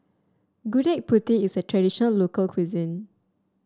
Gudeg Putih is a traditional local cuisine